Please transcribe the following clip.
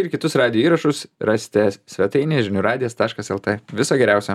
ir kitus radijo įrašus rasite svetainėje žinių radijas taškas lt viso geriausio